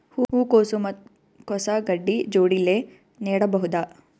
ಹೂ ಕೊಸು ಮತ್ ಕೊಸ ಗಡ್ಡಿ ಜೋಡಿಲ್ಲೆ ನೇಡಬಹ್ದ?